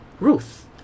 Ruth